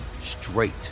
straight